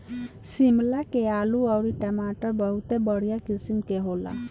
शिमला के आलू अउरी टमाटर बहुते बढ़िया किसिम के होला